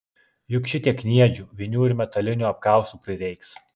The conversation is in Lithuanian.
juk šitiek kniedžių vinių ir metalinių apkaustų prireiks